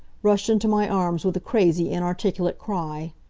rushed into my arms with a crazy, inarticulate cry.